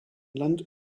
land